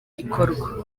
gikorwa